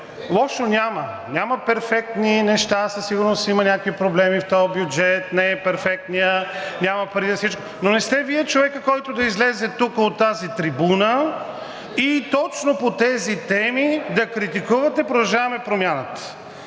Лошо няма, няма перфектни неща, със сигурност има някакви проблеми в този бюджет, не е перфектният, няма пари за всичко. Но не сте Вие човекът, който да излезе тук от тази трибуна и точно по тези теми да критикувате „Продължаваме Промяната“.